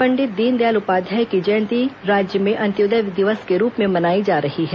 पंडित दीनदयाल उपाध्याय की जयंती राज्य में अंत्योदय दिवस के रूप में मनाई जा रही है